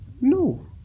no